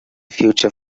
future